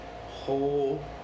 whole